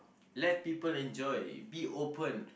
let people enjoy be open